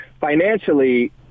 Financially